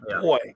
boy